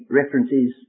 references